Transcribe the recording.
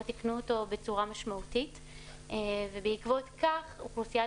לא תיקנו אותו בצורה משמעותית ובעקבות כך אוכלוסיית